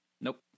Nope